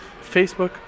facebook